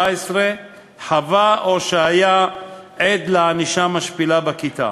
חווה או שהיה עד לענישה משפילה בכיתה.